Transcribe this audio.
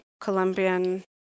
Colombian